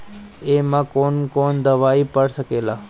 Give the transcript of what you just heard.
ए में कौन कौन दवाई पढ़ सके ला?